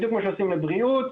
כמו שעושים בבריאות,